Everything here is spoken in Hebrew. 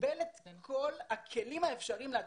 וקיבל את כל הכלים האפשריים להצליח.